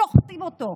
שוחטים אותו.